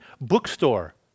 bookstore